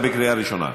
אתה בקריאה ראשונה.